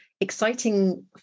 exciting